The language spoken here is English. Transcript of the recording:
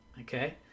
okay